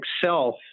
self